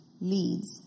leads